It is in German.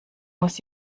muss